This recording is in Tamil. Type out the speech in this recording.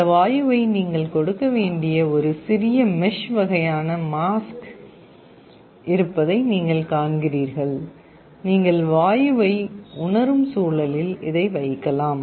அந்த வாயுவை நீங்கள் கொடுக்க வேண்டிய ஒரு சிறிய மெஷ் வகையான மாஸ்க் இருப்பதை நீங்கள் காண்கிறீர்கள் நீங்கள் வாயுவை உணரும் சூழலில் இதை வைக்கலாம்